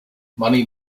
money